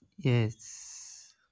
yes